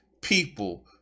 people